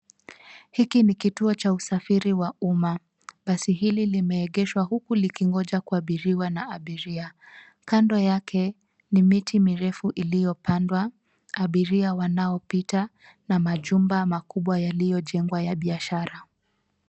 Hiki ni kituo cha usafiri wa umma. Basi hili limeegeshwa huku likingoja kuabiriwa na abiria. Kando yake ni miti mirefu iliyopandwa, abiria wanaopita na majumba makubwa yaliyojengwa ya biashara.